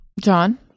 John